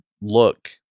look